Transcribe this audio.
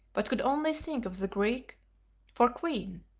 but could only think of the greek for queen,